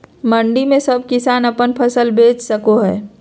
मंडी में सब किसान अपन फसल बेच सको है?